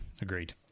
Agreed